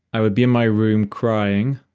i would be in my room crying,